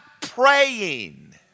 praying